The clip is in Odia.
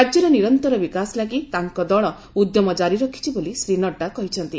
ରାକ୍ୟର ନିରନ୍ତର ବିକାଶ ଲାଗି ତାଙ୍କ ଦଳ ଉଦ୍ୟମ ଜାରି ରଖିଛି ବୋଲି ଶ୍ରୀ ନଡ୍ରା କହିଛନ୍ତି